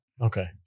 Okay